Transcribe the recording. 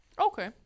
Okay